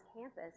campus